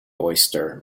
oyster